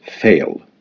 fail